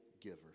giver